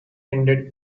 ended